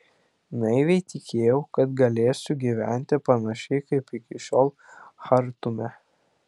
naiviai tikėjau kad galėsiu gyventi panašiai kaip iki šiol chartume